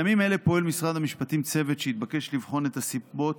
בימים אלו פועל במשרד המשפטים צוות שהתבקש לבחון את הסיבות